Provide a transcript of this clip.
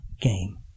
game